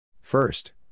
First